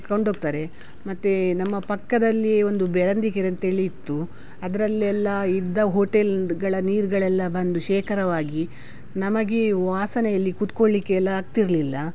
ಕೊಂಡೋಗ್ತಾರೆ ಮತ್ತು ನಮ್ಮ ಪಕ್ಕದಲ್ಲಿ ಒಂದು ಬೆಳಂದಿಕೆರೆ ಅಂಥೇಳಿ ಇತ್ತು ಅದರಲ್ಲೆಲ್ಲ ಇದ್ದ ಹೋಟೆಲ್ಗಳ ನೀರುಗಳೆಲ್ಲ ಬಂದು ಶೇಖರವಾಗಿ ನಮಗೆ ವಾಸನೆ ಇಲ್ಲಿ ಕೂತ್ಕೊಳ್ಳಿಕ್ಕೆ ಎಲ್ಲ ಆಗ್ತಿರಲಿಲ್ಲ